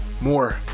more